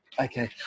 Okay